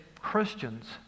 Christians